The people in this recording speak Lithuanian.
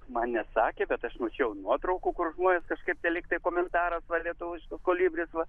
man nesakė bet aš mačiau nuotraukų kur žmonės kažkaip tai lygtai komentaras va lietuvos kolibris va